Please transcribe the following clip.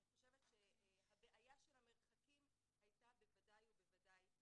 אני חושבת שהבעיה של המרחקים הייתה בוודאי נפתרת.